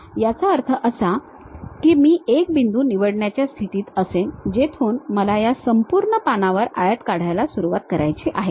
याचा अर्थ असा की मी एक बिंदू निवडण्याच्या स्थितीत असेन जेथून मला संपूर्ण पानावर आयत काढायला सुरुवात करायची आहे